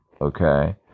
Okay